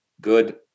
good